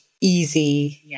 easy